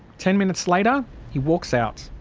ten minutes later he walks out.